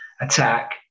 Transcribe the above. attack